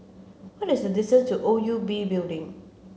what is the distance to O U B Building